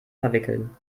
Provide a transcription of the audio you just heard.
verwickeln